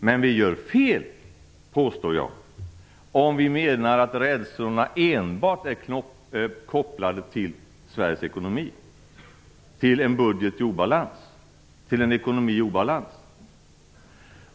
Men vi gör fel, påstår jag, om vi menar att rädslorna enbart är kopplade till Sveriges ekonomi, till en ekonomi i obalans.